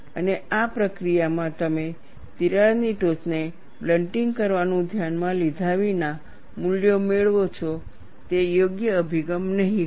અને આ પ્રક્રિયામાં તમે તિરાડની ટોચને બ્લન્ટિંગ કરવાનું ધ્યાનમાં લીધા વિના મૂલ્યો મેળવો છો તે યોગ્ય અભિગમ નહીં હોય